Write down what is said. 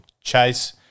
chase